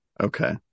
okay